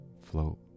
float